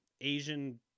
Asian